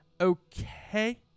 Okay